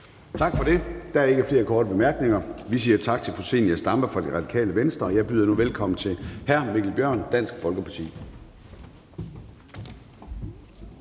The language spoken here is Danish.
Tak for det. Der er ikke flere korte bemærkninger. Vi siger tak til fru Zenia Stampe fra Radikale Venstre, og jeg byder nu velkommen til hr. Mikkel Bjørn, Dansk Folkeparti.